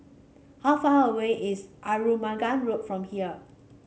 how far away is Arumugam Road from here